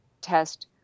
test